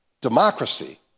democracy